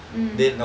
mm